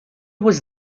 was